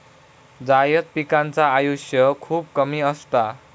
जायद पिकांचा आयुष्य खूप कमी असता